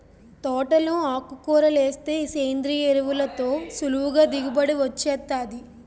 తోటలో ఆకుకూరలేస్తే సేంద్రియ ఎరువులతో సులువుగా దిగుబడి వొచ్చేత్తాది